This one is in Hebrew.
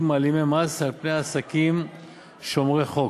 מעלימי מס על-פני עסקים שומרי חוק.